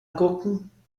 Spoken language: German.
angucken